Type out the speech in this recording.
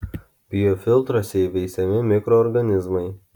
biofiltruose įveisiami mikroorganizmai